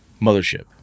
Mothership